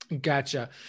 Gotcha